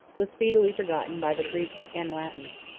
was speedily forgotten by the greeks and latins.